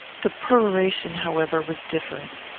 the peroration, however, was different.